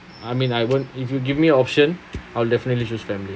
I mean I won't if you give me option I'll definitely choose family